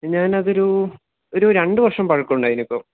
ഞാൻ അതൊരു ഒരു രണ്ട് വർഷം പഴക്കമുണ്ട് അതിനിപ്പോള്